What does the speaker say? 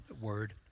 word